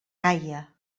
gaia